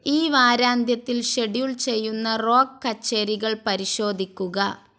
ഈ വാരാന്ത്യത്തിൽ ഷെഡ്യൂൾ ചെയ്യുന്ന റോക്ക് കച്ചേരികൾ പരിശോധിക്കുക